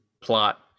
plot